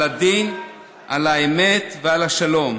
על הדין ועל האמת ועל השלום".